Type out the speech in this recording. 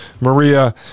Maria